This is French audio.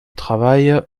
travail